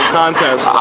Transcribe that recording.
contest